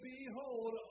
Behold